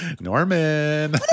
Norman